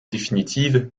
définitive